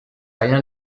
rien